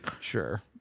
Sure